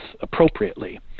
appropriately